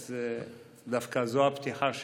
אז דווקא זו הפתיחה שלי.